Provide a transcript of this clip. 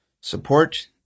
support